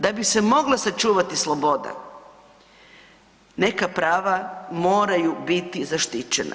Da bi se mogla sačuvati sloboda neka prava moraju biti zaštićena.